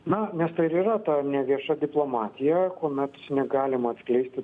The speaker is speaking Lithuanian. na nes tai ir yra ta nevieša diplomatija kuomet negalima atskleisti